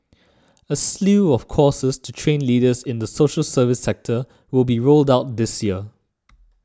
a slew of courses to train leaders in the social service sector will be rolled out this year